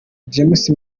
james